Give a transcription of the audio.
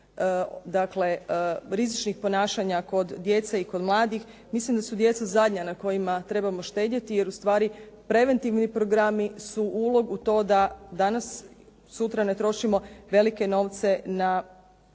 rizičnih ponašanja kod djece i kod mladih. Mislim da su djeca zadnja na kojima trebamo štedjeti, jer ustvari preventivni programi su ulog u to da danas-sutra ne trošimo velike novce na